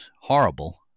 horrible